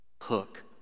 hook